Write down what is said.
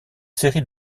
série